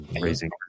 Raising